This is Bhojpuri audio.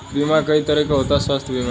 बीमा कई तरह के होता स्वास्थ्य बीमा?